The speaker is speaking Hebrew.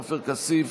עופר כסיף